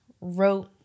wrote